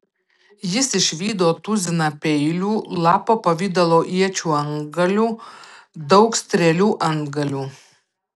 jis išvydo tuziną peilių lapo pavidalo iečių antgalių daug strėlių antgalių